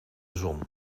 zon